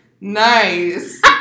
nice